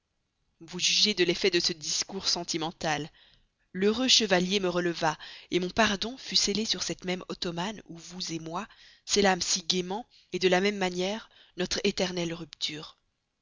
vous jugez de l'effet de ce discours sentimental il me releva mon pardon fut scellé sur cette même ottomane où vous moi scellâmes si gaiement de la même manière notre éternelle rupture